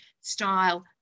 Style